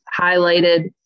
highlighted